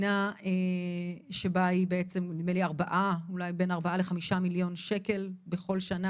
נדמה לי שבין ארבעה לחמישה מיליון שקל בכל שנה.